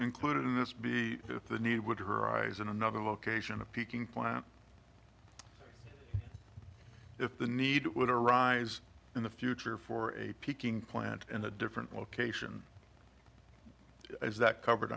included in this be the need would arise in another location of peaking plant if the need would arise in the future for a peaking plant in a different location is that covered